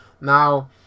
now